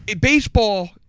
baseball